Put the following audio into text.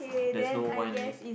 there's no wine list